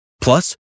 Plus